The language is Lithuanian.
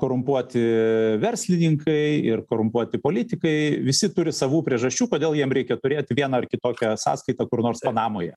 korumpuoti verslininkai ir korumpuoti politikai visi turi savų priežasčių kodėl jiem reikia turėt vieną ar kitokią sąskaitą kur nors panamoje